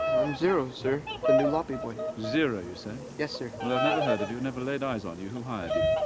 i'm zero, sir. the new lobby boy. zero, you say? yes, sir. well, i've never heard of you, never laid eyes on you. who hired you?